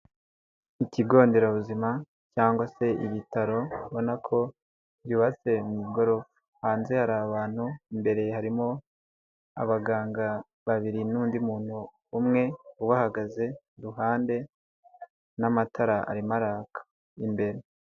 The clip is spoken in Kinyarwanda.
Ikigo nderabuzima cyangwa se ibitaro ubona ko byubatse mu ingorofa, hanze hari abantu imbere harimo abaganga babiri n'undi muntu umwe ubahagaze iruhande n'amatara arimo araka imbere.